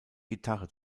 gitarre